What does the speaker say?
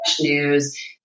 news